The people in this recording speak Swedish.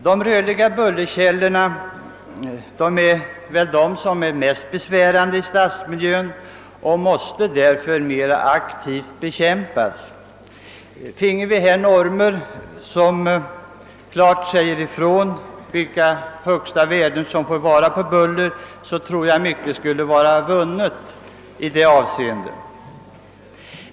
De rörliga bullerkällorna är de mest besvärande i stadsmiljön och måste därför bekämpas aktivt. Finge vi normer som klargör vilka högsta värden som får finnas för buller skulle säkerligen mycket vara vunnet i detta avseende.